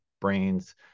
brains